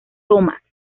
thomas